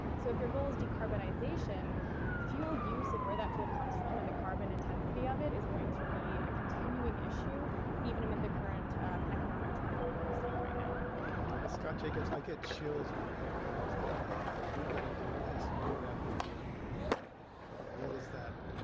so if your goal is decarbonization fuel use and where that fuel comes from and the carbon intensity of it is going to be a continuing issue even um in the current economic turmoil we're seeing right now scott jacobs, i get chills when i hear numbers like that that if we got to do this year after year after year what is that?